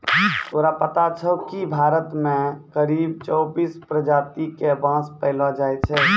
तोरा पता छौं कि भारत मॅ करीब चौबीस प्रजाति के बांस पैलो जाय छै